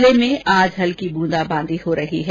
जिले में आज हल्की बूंदाबांदी हो रही है